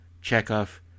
Chekhov